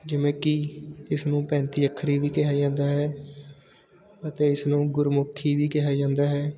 ਜਿਵੇਂ ਕਿ ਇਸ ਨੂੰ ਪੈਂਤੀ ਅੱਖਰੀ ਵੀ ਕਿਹਾ ਜਾਂਦਾ ਹੈ ਅਤੇ ਇਸ ਨੂੰ ਗੁਰਮੁਖੀ ਵੀ ਕਿਹਾ ਜਾਂਦਾ ਹੈ